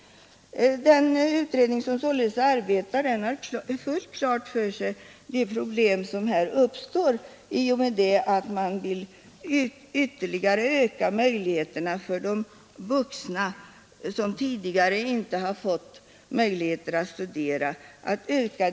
Den utredning som arbetar har således fullt klart för sig vilka problem som uppstår i och med att man vill ytterligare öka studiemöjigheterna för de vuxna som tidigare inte fått tillfälle att studera.